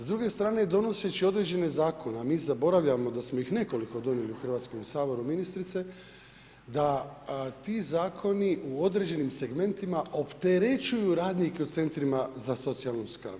S druge strane donoseći određene zakone a mi zaboravljamo da smo ih nekoliko donijeli u Hrvatskom saboru ministrice da ti zakoni u određenim segmentima opterećuju radnike u centrima za socijalnu skrb.